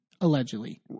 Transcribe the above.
allegedly